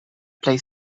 plej